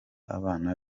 abana